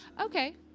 Okay